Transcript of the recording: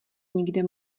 nikde